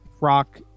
rock